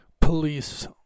police